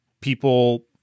people